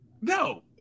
no